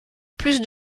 plus